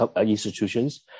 institutions